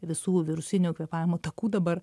visų virusinių kvėpavimo takų dabar